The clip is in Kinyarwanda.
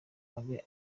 abe